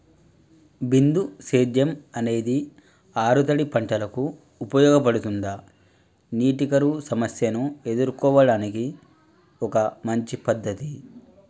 బిందు సేద్యం అనేది ఆరుతడి పంటలకు ఉపయోగపడుతుందా నీటి కరువు సమస్యను ఎదుర్కోవడానికి ఒక మంచి పద్ధతి?